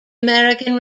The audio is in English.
american